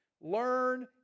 learn